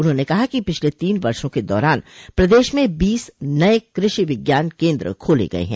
उन्होंने कहा कि पिछले तीन वर्षो के दौरान प्रदेश में बीस नये कृषि विज्ञान केन्द्र खोले गये हैं